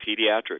Pediatrics